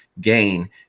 gain